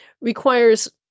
requires